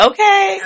Okay